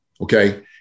okay